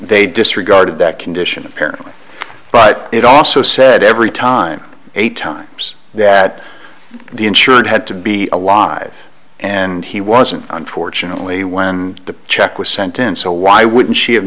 they disregarded that condition apparently but it also said every time eight times that the insured had to be alive and he wasn't unfortunately when the check was sentence so why wouldn't she